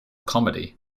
comedy